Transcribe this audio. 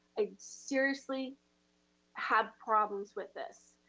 i seriously have problems with this.